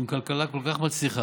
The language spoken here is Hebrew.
עם כלכלה כל כך מצליחה,